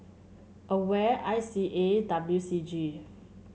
Aware I C A and W C G